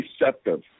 receptive